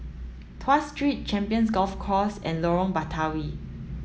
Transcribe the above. Tuas Street Champions Golf Course and Lorong Batawi